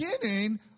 beginning